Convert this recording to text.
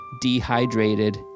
dehydrated